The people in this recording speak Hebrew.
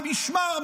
המשמר,